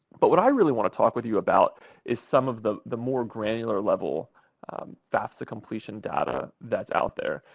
but what i really want to talk with you about is some of the the more granular-level fafsa completion data that's out there.